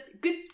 good